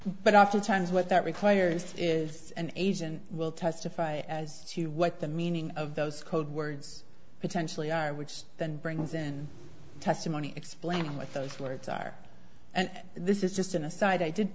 but oftentimes what that requires is an asian will testify as to what the meaning of those code words potentially that brings in testimony explaining with those words are and this is just an aside i did